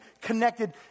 connected